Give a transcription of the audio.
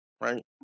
Right